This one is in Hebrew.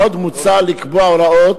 עוד מוצע לקבוע הוראות